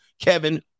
kevin